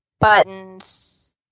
Buttons